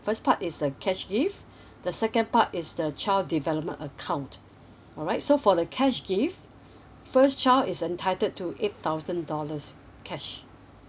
first part is a cash gift the second part is the child development account alright so for the cash gift first child is entitled to eight thousand dollars cash